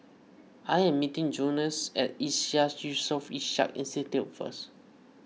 I am meeting Jones at Iseas Yusof Ishak Institute first